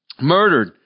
murdered